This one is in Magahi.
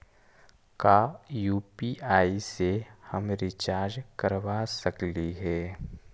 का यु.पी.आई से हम रिचार्ज करवा सकली हे?